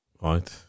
Right